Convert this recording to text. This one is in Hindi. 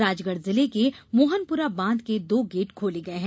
राजगढ जिले के मोहनपुरा बांध के दो गेट खोले गये हैं